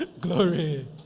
Glory